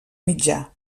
mitjà